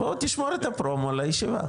בוא תשמור את הפרומו לישיבה.